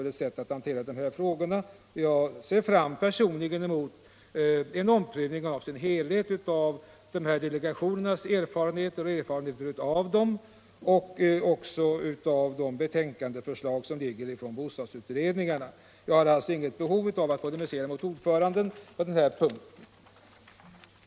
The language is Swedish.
Personligen ser jag fram emot en omprövning i dess helhet av delegationernas erfarenheter och också av de betänkanden som föreligger från bostadsutredningarna. Jag har alltså inget behov av att polemisera mot ordföranden på den här punkten.